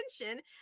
attention